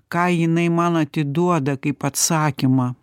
ką jinai man atiduoda kaip atsakymą